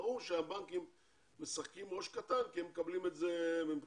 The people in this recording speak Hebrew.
ברור שהבנקים משחקים ראש קטן כי הם מקבלים את זה מבחינה